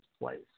place